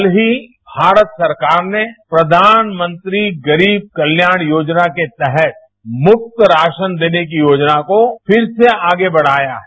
कल ही भारत सरकार ने प्रयानमंत्री गरीब कल्याण योजना के तहत मुफ्त राशन देने की योजना को फिर से आगे बढ़ाया है